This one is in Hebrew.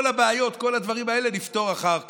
כל הבעיות, כל הדברים האלה, נפתור אחר כך.